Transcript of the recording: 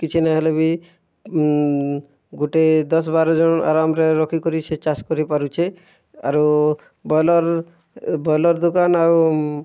କିଛି ନହେଲେ ବି ଗୁଟେ ଦଶ୍ ବାର ଯନ୍ ଆରାମ୍ରେ ରଖି କରି ସେ ଚାଷ୍ କରିପାରୁଛେ ଆରୁ ବଏଲର୍ ବଏଲର୍ ଦୁକାନ୍ ଆଉ